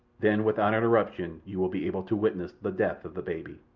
then without interruption you will be able to witness the death of the baby.